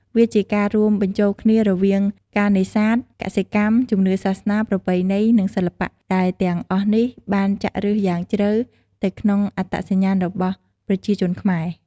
វាជាការរួមបញ្ចូលគ្នារវាងការនេសាទ កសិកម្ម ជំនឿសាសនា ប្រពៃណី និងសិល្បៈ ដែលទាំងអស់នេះបានចាក់ឫសយ៉ាងជ្រៅទៅក្នុងអត្តសញ្ញាណរបស់ប្រជាជនខ្មែរ។